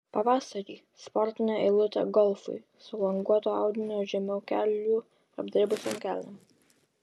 pavasarį sportinė eilutė golfui su languoto audinio žemiau kelių apdribusiom kelnėm